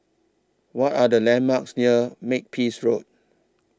What Are The landmarks near Makepeace Road